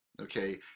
Okay